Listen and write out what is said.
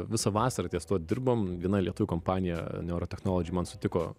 visą vasarą ties tuo dirbom viena lietuvių kompanija neurotechnolodžy man sutiko